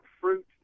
fruit